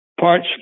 parts